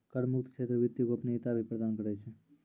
कर मुक्त क्षेत्र वित्तीय गोपनीयता भी प्रदान करै छै